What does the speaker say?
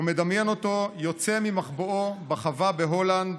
ומדמיין אותו יוצא ממחבואו בחווה בהולנד,